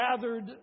gathered